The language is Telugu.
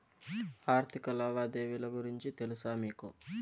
ఆర్థిక లావాదేవీల గురించి తెలుసా మీకు